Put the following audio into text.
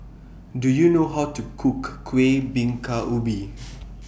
Do YOU know How to Cook Kuih Bingka Ubi